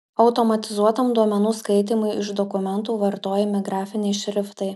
automatizuotam duomenų skaitymui iš dokumentų vartojami grafiniai šriftai